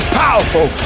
powerful